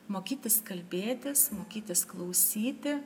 mokytis kalbėtis mokytis klausyti